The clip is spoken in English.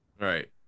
Right